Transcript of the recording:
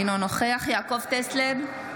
אינו נוכח יעקב טסלר,